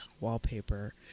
wallpaper